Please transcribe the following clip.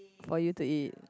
for you to eat